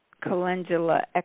calendula